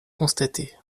constaté